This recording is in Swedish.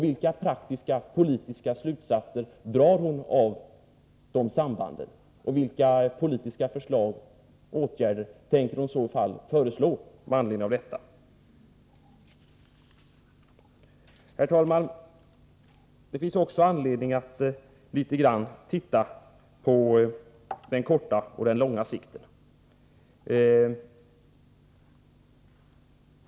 Vilka praktiska politiska slutsatser drar hon av de sambanden? Och vilka åtgärder tänker hon i så fall föreslå? Herr talman! Det finns anledning att litet grand se frågan i både det korta och det långa perspektivet.